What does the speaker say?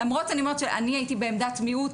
למרות שאני הייתי בעמדת מיעוט,